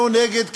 אנחנו נגד כיבוש.